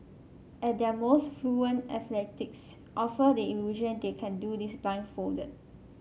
at their most fluent athletes offer the illusion they can do this blindfolded